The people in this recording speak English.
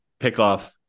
pickoff